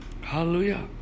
Hallelujah